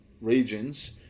regions